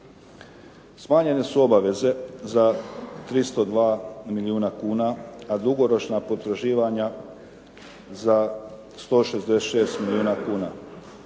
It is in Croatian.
Smanjene su obaveze za 302 milijuna kuna, a dugoročna potraživanja za 166 milijuna kuna